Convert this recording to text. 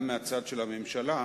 גם מהצד של הממשלה,